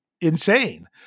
insane